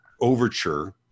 overture